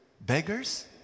beggars